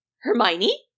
Hermione